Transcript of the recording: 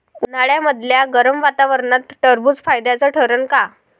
उन्हाळ्यामदल्या गरम वातावरनात टरबुज फायद्याचं ठरन का?